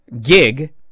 gig